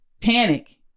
panic